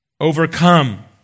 overcome